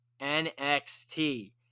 NXT